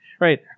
right